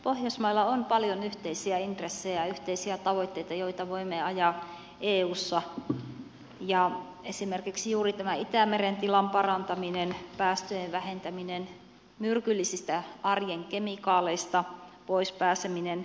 pohjoismailla on paljon yhteisiä intressejä ja yhteisiä tavoitteita joita voimme ajaa eussa esimerkiksi juuri tämä itämeren tilan parantaminen päästöjen vähentäminen myrkyllisistä arjen kemikaaleista pois pääseminen